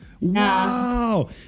Wow